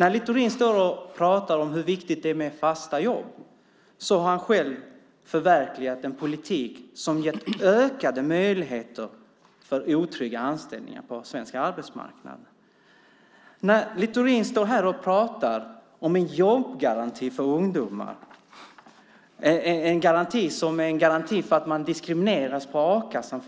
När Littorin pratar om hur viktigt det är med fasta jobb här har han själv förverkligat en politik som har gett ökade möjligheter för otrygga anställningar på den svenska arbetsmarknaden. Littorin pratar om en jobbgaranti för ungdomar. Det är en garanti som för övrigt innebär en garanti för diskriminering i a-kassan.